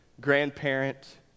grandparent